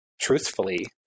truthfully